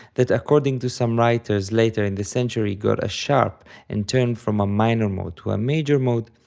that according to some writers later in the century got a sharp and turned from a minor mode to a major mode,